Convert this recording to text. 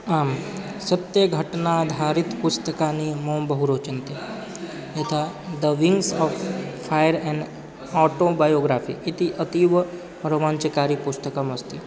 आं सत्यघटनाधारितपुस्तकानि माम् बहु रोचन्ते यथा the wings of fire an autobiography इति अतीव रोमाञ्चकारी पुस्तकम् अस्ति